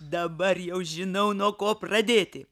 dabar jau žinau nuo ko pradėti